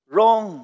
Wrong